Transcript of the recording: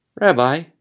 Rabbi